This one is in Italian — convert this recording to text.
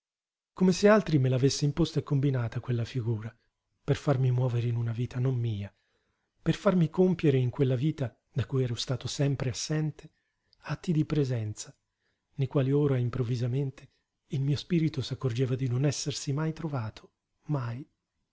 come se altri me l'avesse imposta e combinata quella figura per farmi muovere in una vita non mia per farmi compiere in quella vita da cui ero stato sempre assente atti di presenza nei quali ora improvvisamente il mio spirito s'accorgeva di non essersi mai trovato mai